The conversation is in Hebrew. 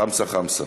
חמסה חמסה.